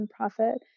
nonprofit